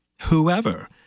whoever